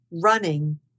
running